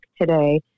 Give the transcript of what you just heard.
today